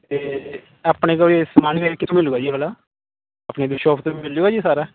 ਅਤੇ ਆਪਣੇ ਕੋਲ ਇਹ ਸਮਾਨ ਫਿਰ ਕਿੱਥੋਂ ਮਿਲੂਗਾ ਜੀ ਇਹ ਵਾਲਾ ਆਪਣੀ ਇੱਧਰ ਸ਼ੋਪ 'ਤੇ ਵੀ ਮਿਲ ਜੂਗਾ ਜੀ ਇਹ ਸਾਰਾ